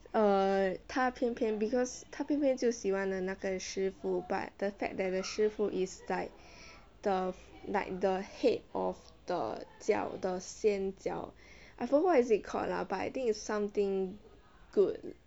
err 她偏偏 because 她偏偏就喜欢了那个师父 but the fact that the 师父 is like the like the head of the 教 the 仙教 I forgot what is it called lah but I think it's something good then like